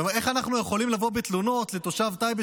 איך אנחנו יכולים לבוא בתלונות לתושב טייבה